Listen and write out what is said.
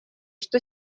что